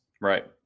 Right